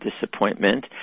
disappointment